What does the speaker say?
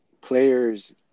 players